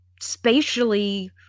spatially